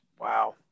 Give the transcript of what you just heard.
Wow